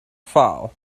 foul